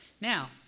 Now